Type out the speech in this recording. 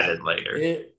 later